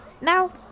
Now